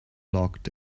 locked